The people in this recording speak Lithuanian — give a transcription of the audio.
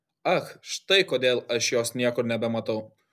ach štai kodėl aš jos niekur nebematau